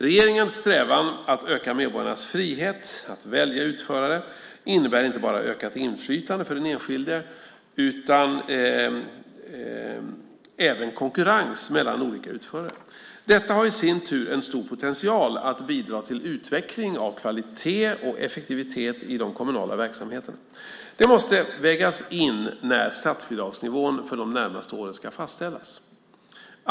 Regeringens strävan att öka medborgarnas frihet att välja utförare innebär inte bara ökat inflytande för den enskilde utan även konkurrens mellan olika utförare. Detta har i sin tur en stor potential att bidra till utveckling av kvalitet och effektivitet i de kommunala verksamheterna. Detta måste vägas in när statsbidragsnivån för de närmaste åren ska fastställas.